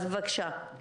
בבקשה.